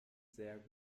sehr